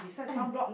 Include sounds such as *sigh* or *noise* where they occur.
*breath*